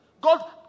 God